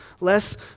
less